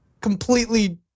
completely